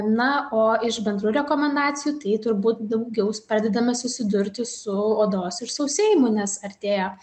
na o iš bendrų rekomendacijų tai turbūt daugiau pradedame susidurti su odos išsausėjimu nes artėja